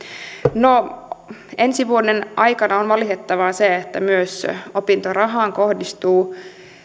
no ensi vuoden aikana on valitettavaa se että myös opintorahaan kohdistuu